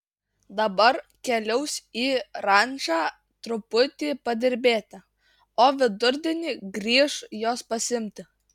dabar keliaus į rančą truputį padirbėti o vidurdienį grįš jos pasiimti